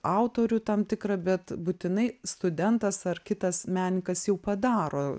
autorių tam tikrą bet būtinai studentas ar kitas menininkas jau padaro